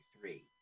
three